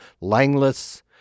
Langless